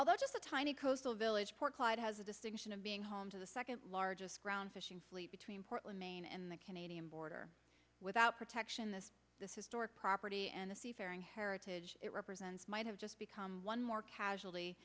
although just a tiny coastal village port clyde has the distinction of being home to the second largest ground fishing fleet between portland maine and the canadian border without protection this this historic property and the seafaring heritage it represents might have just become one more casual